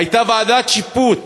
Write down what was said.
הייתה ועדת שיפוט